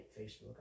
Facebook